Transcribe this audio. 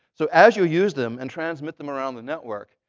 so as you use them and transmit them around the network,